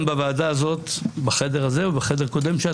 בוועדה הזאת בחדר הזה ובחדר הקודם.